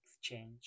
exchange